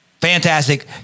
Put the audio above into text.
fantastic